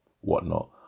whatnot